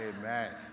amen